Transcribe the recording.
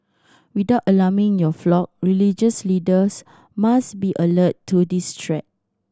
without alarming your flock religious leaders must be alert to this threat